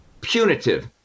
punitive